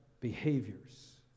behaviors